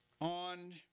On